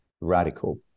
radical